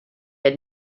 had